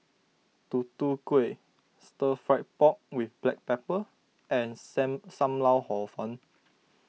Tutu Kueh Stir Fried Pork with Black Pepper and Sam Sam Lau Hor Fun